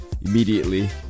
immediately